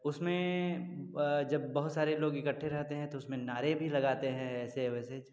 उसमें जब बहुत सारे लोग इकट्ठे रहते हैँ तो उसमें नारे भी लगाते हैं ऐसे वैसे